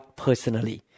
personally